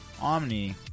Omni